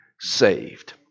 saved